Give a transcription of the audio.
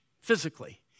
physically